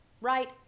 right